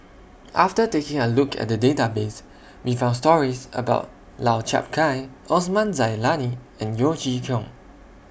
after taking A Look At The Database We found stories about Lau Chiap Khai Osman Zailani and Yeo Chee Kiong